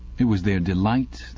it was their delight,